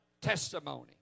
testimony